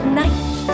night